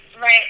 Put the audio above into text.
right